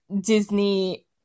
Disney